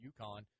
UConn